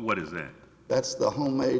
what is it that's the homemade